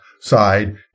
side